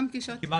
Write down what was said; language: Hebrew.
שר העבודה,